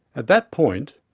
at that point,